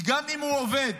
גם אם הוא עובד,